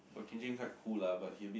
okay Din quite cool lah but he a bit